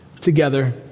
together